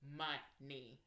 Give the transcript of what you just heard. money